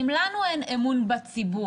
אם לנו אין אמון בציבור?